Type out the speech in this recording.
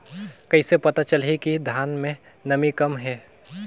कइसे पता चलही कि धान मे नमी कम हे?